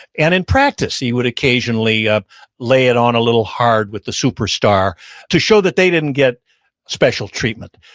and in practice he would occasionally ah lay it on a little hard with the superstar to show that they didn't get special treatment.